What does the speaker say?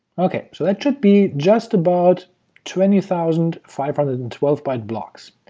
okay, so that should be just about twenty thousand five hundred and twelve byte blocks,